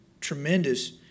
tremendous